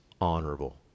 honorable